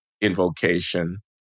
invocation